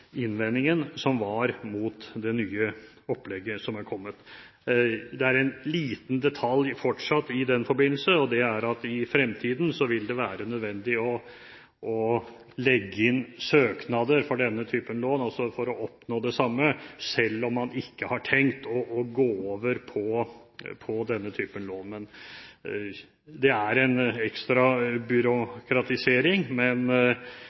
innvendingen som fantes mot det nye opplegget som har kommet. Det er fortsatt en liten detalj i den forbindelse som jeg vil nevne, og det er at det i fremtiden vil være nødvendig å legge inn søknader for denne typen lån for å oppnå det samme, selv om man ikke har tenkt å gå over på denne typen lån. Det er en ekstra byråkratisering som kanskje gjør ordningen litt mindre fleksibel, men